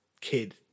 kid